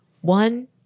One